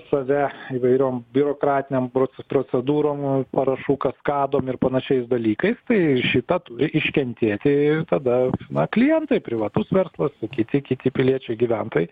save įvairiom biurokratinėm proc procedūrom parašų kaskadom ir panašiais dalykais tai ir šitą turi iškentėti tada na klientai privatus verslas kiti kiti piliečiai gyventojai